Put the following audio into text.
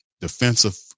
defensive